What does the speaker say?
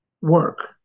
work